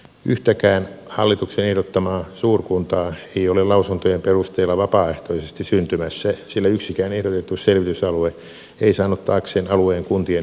yhtäkään hallituksen ehdottamaa suurkuntaa ei ole lausuntojen perusteella vapaaehtoisesti syntymässä sillä yksikään ehdotettu selvitysalue ei saanut taakseen alueen kuntien yksimielistä tukea